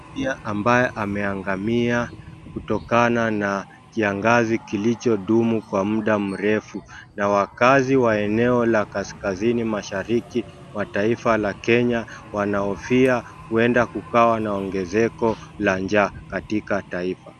Pia ambaye ameangamia kutokana na kiangazi kilichodumu kwa munda mrefu na wakaazi wa eneo la kaskazini mashariki wa taifa la Kenya wanahofia huenda kukawa na ongezeko la njaa katika taifa.